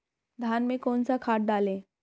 धान में कौन सा खाद डालें?